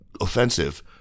offensive